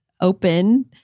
open